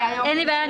אין לי בעיה,